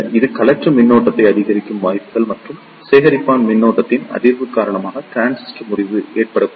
இது கலெக்டர் மின்னோட்டத்தை அதிகரிக்கும் வாய்ப்புகள் மற்றும் சேகரிப்பான் மின்னோட்டத்தின் அதிகரிப்பு காரணமாக டிரான்சிஸ்டர் முறிவு ஏற்படக்கூடும்